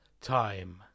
time